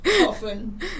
often